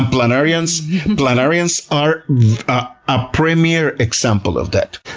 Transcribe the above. planarians planarians are a premier example of that.